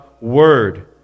Word